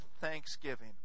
thanksgiving